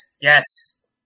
Yes